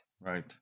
Right